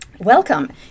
Welcome